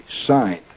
Signed